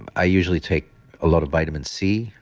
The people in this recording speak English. and i usually take a lot of vitamin c.